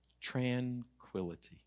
Tranquility